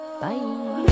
bye